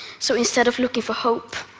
so instead of looking for hope,